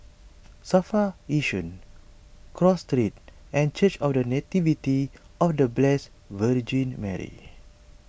Safra Yishun Cross Street and Church of the Nativity of the Blessed Virgin Mary